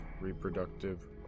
reproductive